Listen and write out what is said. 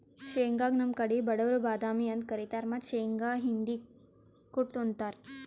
ಶೇಂಗಾಗ್ ನಮ್ ಕಡಿ ಬಡವ್ರ್ ಬಾದಾಮಿ ಅಂತ್ ಕರಿತಾರ್ ಮತ್ತ್ ಶೇಂಗಾ ಹಿಂಡಿ ಕುಟ್ಟ್ ಉಂತಾರ್